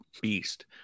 beast